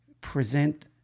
present